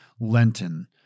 Lenten